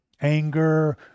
anger